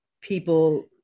people